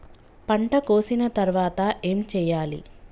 పంట కోసిన తర్వాత ఏం చెయ్యాలి?